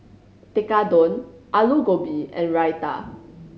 Tekkadon Alu Gobi and Raita